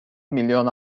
milyon